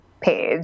page